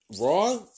Raw